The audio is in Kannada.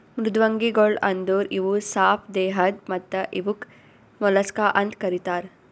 ಮೃದ್ವಂಗಿಗೊಳ್ ಅಂದುರ್ ಇವು ಸಾಪ್ ದೇಹದ್ ಮತ್ತ ಇವುಕ್ ಮೊಲಸ್ಕಾ ಅಂತ್ ಕರಿತಾರ್